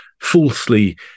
falsely